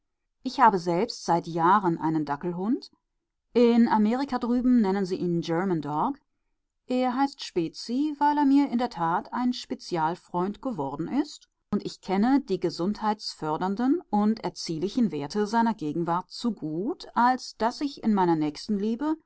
ich habe selbst seit jahren einen dackelhund in amerika drüben nennen sie ihn german dog er heißt spezi weil er mir in der tat ein spezialfreund geworden ist und ich kenne die gesundheitsfördernden und erziehlichen werte seiner gegenwart zu gut als daß ich in meiner nächstenliebe